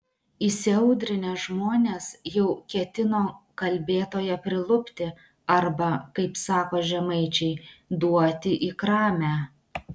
įsiaudrinę žmonės jau ketino kalbėtoją prilupti arba kaip sako žemaičiai duoti į kramę